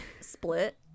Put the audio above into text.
split